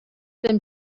been